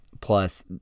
plus